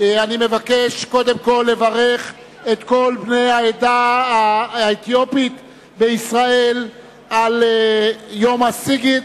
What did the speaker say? אני מבקש קודם כול לברך את כל בני העדה האתיופית בישראל על יום הסיגד,